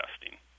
testing